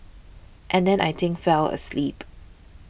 and then I think fell asleep